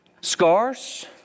Scars